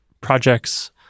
projects